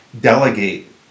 delegate